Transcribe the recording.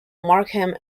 markham